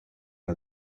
una